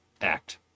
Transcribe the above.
act